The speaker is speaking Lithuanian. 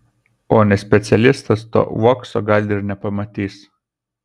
o ne specialistas to uokso gal ir nepamatys